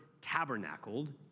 tabernacled